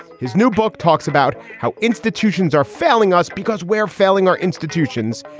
his new book talks about how institutions are failing us because we're failing our institutions.